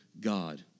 God